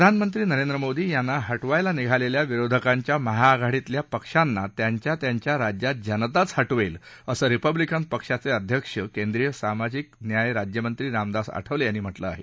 प्रधानमंत्री नरेंद्र मोदी यांना हटवायला निघालेल्या विरोधकांच्या महाआघाडीतल्या पक्षांना त्यांच्या त्यांच्या राज्यात जनताच हटवेल असं रिपब्लिकन पक्षाचे अध्यक्ष केंद्रीय सामाजिक न्याय राज्यमंत्री रामदास आठवले यांनी म्हटलं आहे